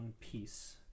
piece